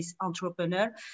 entrepreneur